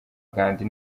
gandhi